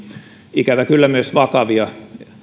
ikävä kyllä myös vakavia